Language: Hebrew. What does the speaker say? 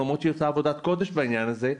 למרות שהיא עושה עבודת קודש בעניין הזה.